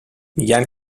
میگن